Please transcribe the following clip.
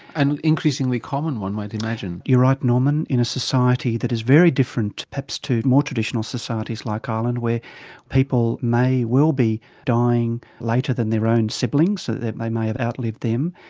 and increasingly common one might imagine? you're right norman, in a society that is very different perhaps to more traditional societies like ireland where people may well be dying later than their own siblings, they may may have outlived them.